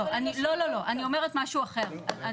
אני אומרת משהו אחר.